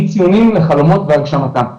לחלומות והגשמתם,